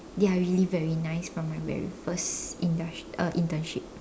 they are really very nice from my very first industrial uh internship